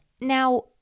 Now